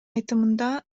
айтымында